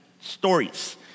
stories